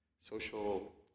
social